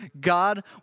God